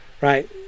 right